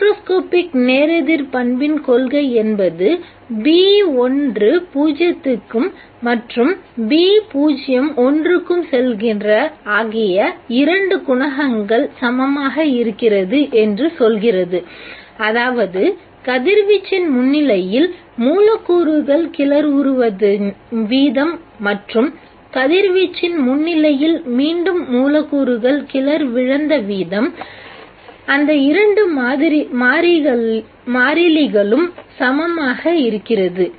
microscopic நேரெதிர் பண்பின் கொள்கை என்பது மற்றும் ஆகிய இரண்டு குணகங்கள் சமமாக இருக்கிறது என்று சொல்கிறது அதாவது கதிர்வீச்சின் முன்னிலையில் மூலக்கூறுகள் கிளர்வுறுவதின் வீதம் மற்றும் கதிர்வீச்சின் முன்னிலையில் மீண்டும் மூலக்கூறுகள் கிளர்விழந்த வீதம் அந்த இரண்டு மாறிலிகளும் சமமாக இருக்கிறது